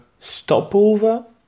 stopover